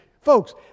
Folks